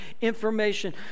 information